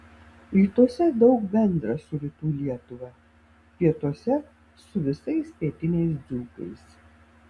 rytuose daug bendra su rytų lietuva pietuose su visais pietiniais dzūkais